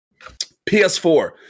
PS4